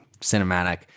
cinematic